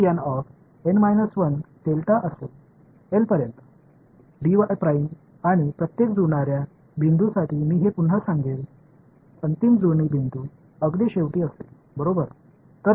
இறுதியாக நான் I L க்கு போகும் எல்லா வழிகளிலும் வைத்து இருப்பேன் மேலும் மேட்சிங் பாயிண்ட்ஒவ்வொரு புள்ளிகளுக்கும் மீண்டும் செய்வேன் இறுதிப் மேட்சிங் பாயிண்ட் மிகவும் முடிவில் இருக்கும்